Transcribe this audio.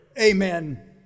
Amen